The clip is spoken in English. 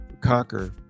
conquer